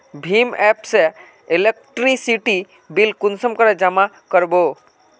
भीम app से electricity bill कुंसम करे जमा कर बो?